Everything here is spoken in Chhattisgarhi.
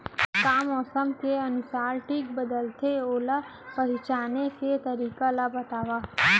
का मौसम के अनुसार किट बदलथे, ओला पहिचाने के तरीका ला बतावव?